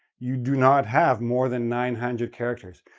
you do not have more than nine hundred characters.